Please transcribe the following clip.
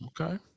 okay